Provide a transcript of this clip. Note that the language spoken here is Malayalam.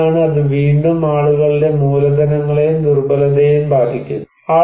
എന്താണ് അത് വീണ്ടും ആളുകളുടെ മൂലധനങ്ങളെയും ദുർബലതയെയും ബാധിക്കുന്നു